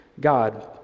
God